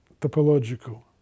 topological